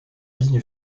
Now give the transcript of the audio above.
ligne